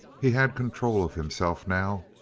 he had control of himself now.